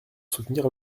soutenir